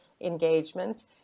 engagement